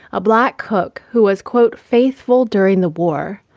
a black cook who was, quote, faithful during the war.